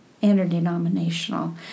interdenominational